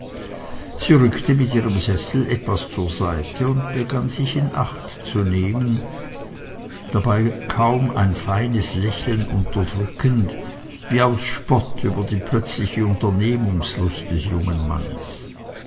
sie rückte mit ihrem sessel etwas zur seite und begann sich in acht zu nehmen dabei kaum ein feines lächeln unterdrückend wie aus spott über die plötzliche unternehmungslust des jungen mannes